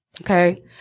Okay